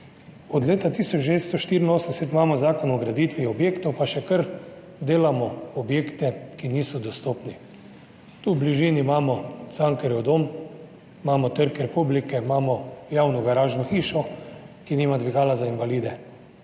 od leta 1984 imamo Zakon o graditvi objektov, pa še kar delamo objekte, ki niso dostopni. Tu v bližini imamo Cankarjev dom, imamo Trg republike, imamo javno garažno hišo, ki nima dvigala za invalide,